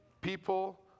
people